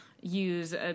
use